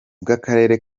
bw’akarere